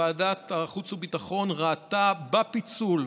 ועדת החוץ והביטחון ראתה בפיצול,